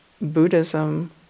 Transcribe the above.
Buddhism